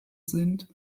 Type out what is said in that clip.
sind